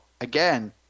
again